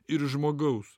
ir žmogaus